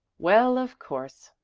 well, of course,